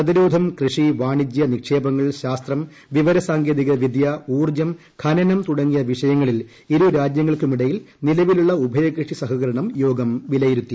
പ്രതിരോധം കൃഷി വാണിജൃ നിക്ഷേപങ്ങൾ ശാസ്ത്രം വിവരസാങ്കേതിക വിദൃ തുടങ്ങിയ വിഷയങ്ങളിൽ ഖനനം ഊർജ്ജം ഇരുരാജൃങ്ങൾക്കുമിടയിൽ നിലവിലുള്ള ഉഭയകക്ഷി സഹകരണം യോഗം വിലയിരുത്തി